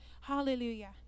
Hallelujah